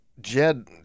Jed